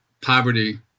poverty